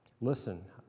Listen